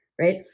right